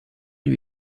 lui